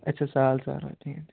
ਅੱਛਾ ਸਾਲ ਸਾਰਾ ਠੀਕ ਹੈ ਠੀਕ ਹੈ